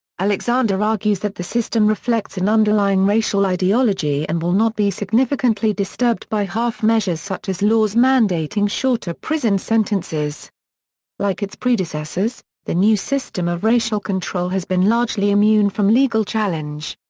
alexander argues that the system reflects an underlying racial ideology and will not be significantly disturbed by half-measures such as laws mandating shorter prison sentences like its predecessors, the new system of racial control has been largely immune from legal challenge.